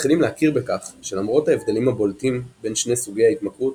מתחילים להכיר בכך שלמרות ההבדלים הבולטים בין שני סוגי ההתמכרות,